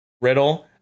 Riddle